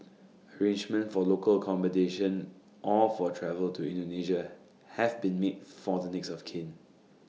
arrangements for local accommodation or for travel to Indonesia have been made for the next of kin